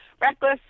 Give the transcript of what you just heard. reckless